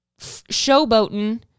showboating